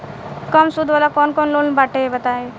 कम सूद वाला कौन लोन बाटे बताव?